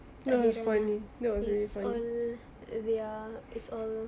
back then it's all err ya it's all